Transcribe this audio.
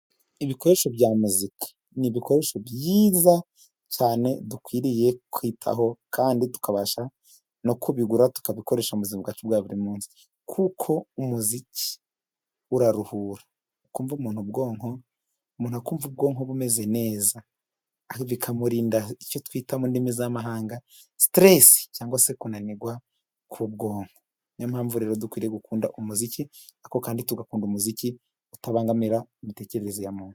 Ibikoresho bya muzika n'ibikore byiza cyane dukwiriye kwitaho, kandi tukabasha no kubigura, tukabikoresha mu buzima bwa buri muntu, kuko umuziki uraruhura ukumva umuntu ubwonko, umuntu akumva ubwonko bumeze neza bikamurinda icyo twita mu ndimi z'amahanga siterese cyangwa se kunanirwa ku bwonko niyo mpamvu rero dukwiye gukunda umuziki ariko kandi tugakunda umuziki utabangamira imitekerereze ya muntu.